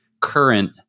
current